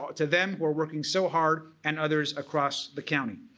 ah to them who are working so hard and others across the county.